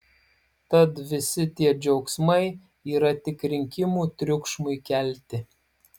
tad visi tie džiaugsmai yra tik rinkimų triukšmui kelti